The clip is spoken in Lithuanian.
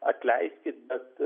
atleiskit bet